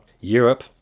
Europe